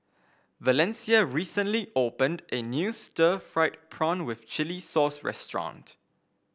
Valencia recently opened a new Stir Fried Prawn with Chili Sauce restaurant